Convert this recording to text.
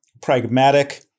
pragmatic